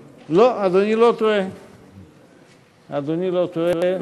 לא, אדוני לא טועה, אדוני לא טועה.